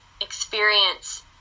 experience